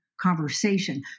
conversation